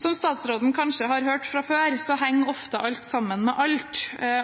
Som statsråden kanskje har hørt før, henger ofte alt sammen med alt,